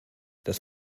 das